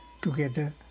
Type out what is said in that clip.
together